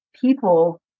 people